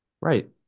Right